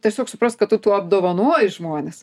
tiesiog suprast kad tu tuo apdovanoji žmones